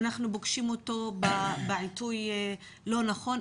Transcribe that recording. אנחנו פוגשים אותו בעיתוי לא נכון.